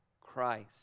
Christ